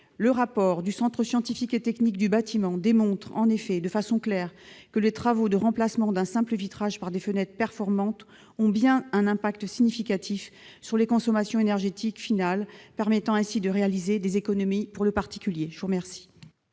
Le rapport du Centre scientifique et technique du bâtiment démontre, en effet, clairement que les travaux de remplacement d'un simple vitrage par des fenêtres performantes ont bien un impact significatif sur les consommations énergétiques finales, permettant ainsi de réaliser des économies pour le particulier. La parole